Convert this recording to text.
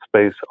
space